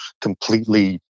completely